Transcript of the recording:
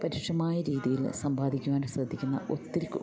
പരുഷമായ രീതിയിൽ സമ്പാദിക്കുവാൻ ശ്രദ്ധിക്കുന്ന ഒത്തിരി